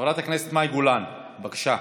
חברת הכנסת מאי גולן, בבקשה.